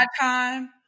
time